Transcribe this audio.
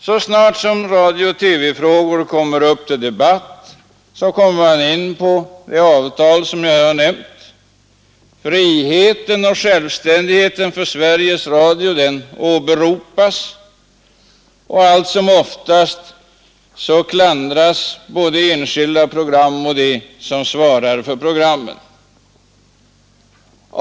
Så snart radiooch TV-frågor debatteras, kommer man in på det avtal som jag här har nämnt. Friheten och självständigheten för Sveriges Radio åberopas, och alltsomoftast klandras både enskilda program och dem som svarar för programmen.